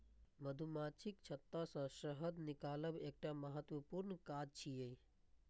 मधुमाछीक छत्ता सं शहद निकालब एकटा महत्वपूर्ण काज छियै